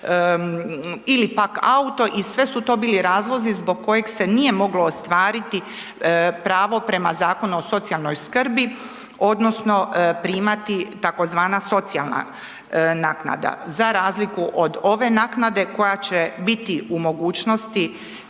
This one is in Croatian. ili pak auto i sve su to bili razlozi zbog kojeg se nije moglo ostvariti pravo prema Zakonu o socijalnoj skrbi odnosno primati tzv. socijalna naknada. Za razliku od ove naknade koja će biti u mogućnosti,